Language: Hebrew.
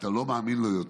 אתה לא מאמין לו יותר".